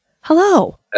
Hello